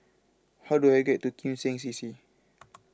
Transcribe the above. how do I get to Kim Seng C C